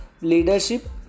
leadership